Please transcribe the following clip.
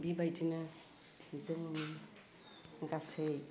बिबायदिनो जोंनि गासै